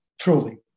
truly